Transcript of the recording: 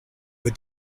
were